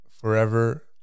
forever